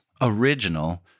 original